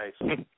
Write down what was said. Nice